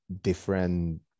different